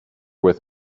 with